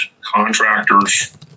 contractors